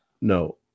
No